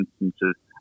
instances